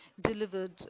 delivered